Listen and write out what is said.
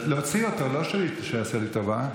להוציא אותו, לא שהוא יעשה לי טובה.